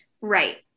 right